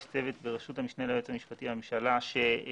יש צוות בראשות המשנה ליועץ המשפטי לממשלה שעתיד